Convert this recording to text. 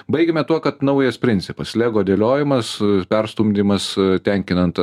baigiame tuo kad naujas principas lego dėliojimas perstumdymas tenkinant